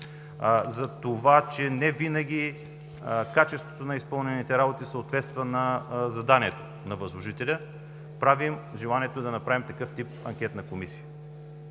за това, че не винаги качеството на изпълнените работи съответства на заданието на възложителя, е желанието да направим такъв тип анкетна комисия.